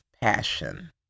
passion